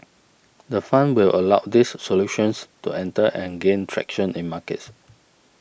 the fund will allow these solutions to enter and gain traction in markets